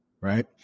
right